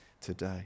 today